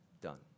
Done